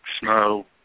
Snow